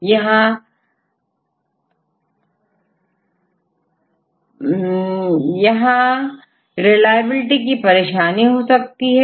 पर यहां रिलायबिलिटी की परेशानी हो सकती है